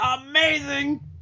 amazing